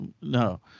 No